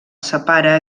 separa